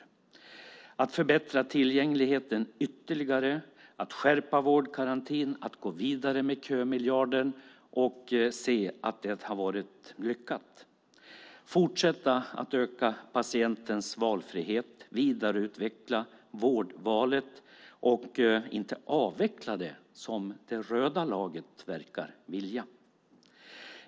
Det handlar om att förbättra tillgängligheten ytterligare, skärpa vårdgarantin och gå vidare med kömiljarden. Vi kan se att det har varit lyckat. Vi vill fortsätta att öka patientens valfrihet och vidareutveckla vårdvalet och inte avveckla det som det röda laget verkar vilja.